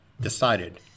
decided